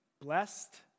blessed